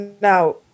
now